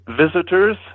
visitors